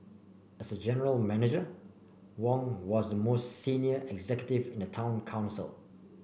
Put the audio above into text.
as general Manager Wong was the most senior executive in the town council